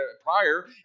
prior